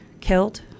killed